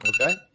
Okay